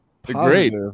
Great